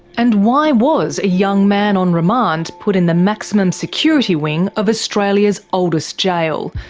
and why was a young man on remand put in the maximum security wing of australia's oldest jail?